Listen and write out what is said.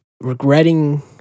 Regretting